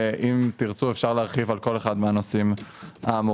אבל אם תרצו אפשר להרחיב על כל אחד מהנושאים האמורים.